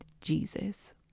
Jesus